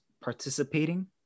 participating